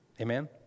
Amen